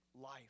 life